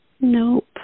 Nope